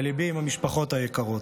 וליבי עם המשפחות היקרות.